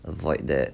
avoid that